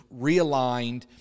realigned